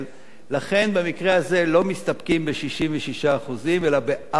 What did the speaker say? לכן במקרה הזה לא מסתפקים ב-66% אלא בארבע-חמישיות,